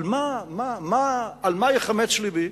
על מה נחמץ לבי?